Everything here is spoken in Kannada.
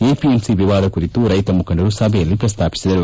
ಎಪಿಎಂಸಿ ವಿವಾದ ಕುರಿತು ರೈತ ಮುಖಂಡರು ಸಭೆಯಲ್ಲಿ ಪ್ರಸ್ತಾಪಿಸಿದರು